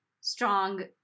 strong